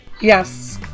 Yes